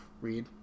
read